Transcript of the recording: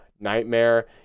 Nightmare